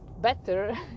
better